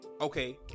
okay